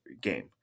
game